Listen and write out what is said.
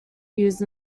used